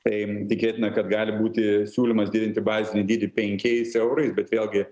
tai tikėtina kad gali būti siūlymas didinti bazinį dydį penkiais eurais bet vėlgi